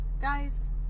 Guys